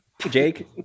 Jake